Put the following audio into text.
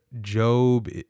Job